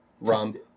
rump